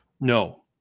No